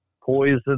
Poison